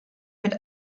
mit